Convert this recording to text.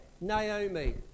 Naomi